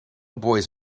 boys